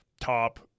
top